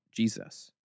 Jesus